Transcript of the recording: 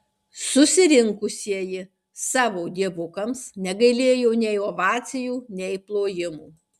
susirinkusieji savo dievukams negailėjo nei ovacijų nei plojimų